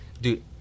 Dude